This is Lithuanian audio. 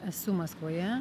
esu maskvoje